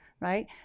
right